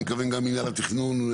גם מינהל התכנון,